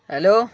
hello